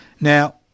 Now